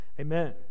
Amen